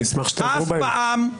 אני אשמח שתיעזרו בהם.